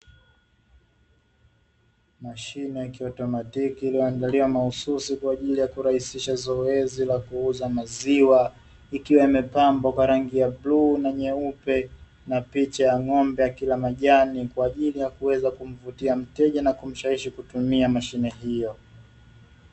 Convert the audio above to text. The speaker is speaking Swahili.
Mashine ya kiautomatiki iliyoandaliwa mahususi kwa ajili ya zoezi la kuuza maziwa, ikiwa imepambwa kwa rangi ya bluu na nyeupe na picha ya ng'ombe akila majani, kwa ajili ya kuweza kumvutia mteja na kumshawishi kutumia mashine hiyo.